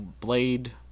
blade